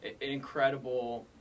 incredible